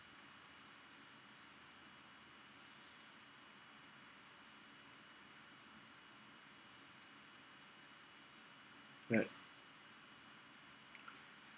at